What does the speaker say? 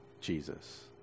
Jesus